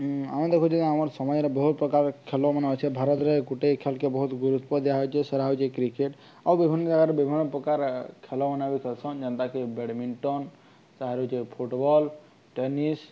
ଆମେ ଦେଖୁଛ ଆମର ସମାଜରେ ବହୁତ ପ୍ରକାର ଖେଳମାନେ ଅଛେ ଭାରତରେ ଗୁଟେ ଖେଲ୍କେ ବହୁତ ଗୁରୁତ୍ୱ ଦିଆ ହେଉଛେ ସେଟା ହେଉଛେ କ୍ରିକେଟ୍ ଆଉ ବିଭିନ୍ନ ଜାଗାରେ ବିଭିନ୍ନ ପ୍ରକାର ଖେଳମାନେ ବି କରସନ୍ ଯେନ୍ତାକି ବ୍ୟାଡ଼ମିଣ୍ଟନ୍ ଆଉ ହେଉଛେ ଫୁଟବଲ୍ ଟେନିସ୍